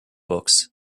books